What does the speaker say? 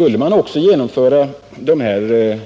Om man också skulle genomföra de